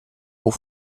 haut